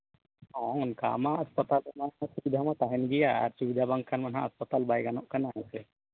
ᱚ ᱚᱱᱠᱟ ᱢᱟ ᱦᱟᱥᱯᱟᱛᱟᱞ ᱨᱮᱢᱟ ᱥᱩᱵᱤᱫᱷᱟ ᱠᱚ ᱛᱟᱦᱮᱱ ᱜᱮᱭᱟ ᱥᱩᱵᱤᱫᱷᱟ ᱵᱟᱝᱠᱷᱟᱱ ᱫᱚ ᱱᱟᱜ ᱦᱟᱥᱯᱟᱛᱟᱞ ᱵᱟᱭ ᱜᱟᱱᱚᱜ ᱠᱟᱱᱟ ᱦᱮᱸᱥᱮ